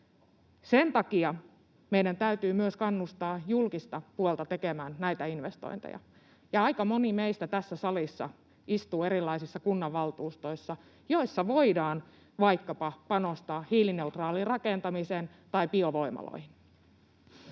Sen takia meidän täytyy myös kannustaa julkista puolta tekemään näitä investointeja, ja aika moni meistä tässä salissa istuu erilaisissa kunnanvaltuustoissa, joissa voidaan panostaa vaikkapa hiilineutraaliin rakentamiseen tai biovoimaloihin.